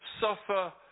suffer